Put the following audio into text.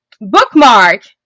bookmark